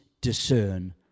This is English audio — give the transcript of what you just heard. discern